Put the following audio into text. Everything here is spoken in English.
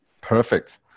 Perfect